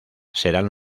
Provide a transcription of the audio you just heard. serán